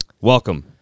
welcome